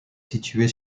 située